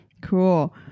Cool